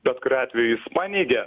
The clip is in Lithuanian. bet kuriuo atveju jis paneigė